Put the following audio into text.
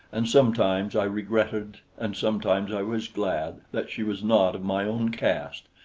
and sometimes i regretted and sometimes i was glad that she was not of my own caste,